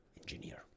engineer